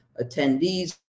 attendees